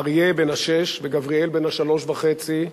אריה בן השש וגבריאל בן השלוש וחצי,